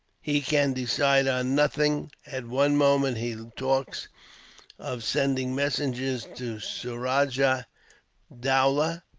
he can decide on nothing. at one moment he talks of sending messengers to suraja dowlah,